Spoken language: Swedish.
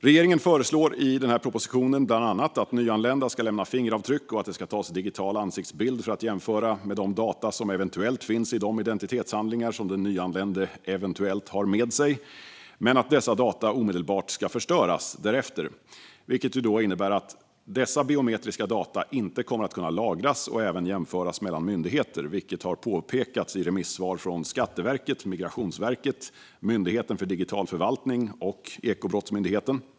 Regeringen föreslår i denna proposition bland annat att nyanlända ska lämna fingeravtryck och att det ska tas en digital ansiktsbild för att jämföra med de data som eventuellt finns i de identitetshandlingar som den nyanlände eventuellt har med sig, men att dessa data därefter omedelbart ska förstöras. Detta innebär att dessa biometriska data inte kommer att kunna lagras och jämföras mellan myndigheter, vilket har påpekats i remissvar från Skatteverket, Migrationsverket, Myndigheten för digital förvaltning och Ekobrottsmyndigheten.